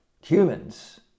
humans